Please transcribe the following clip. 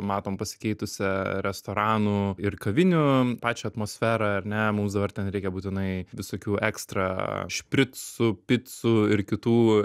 matom pasikeitusią restoranų ir kavinių pačią atmosferą ar ne mums dabar ten reikia būtinai visokių ekstrą špricų picų ir kitų